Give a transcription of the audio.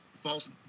false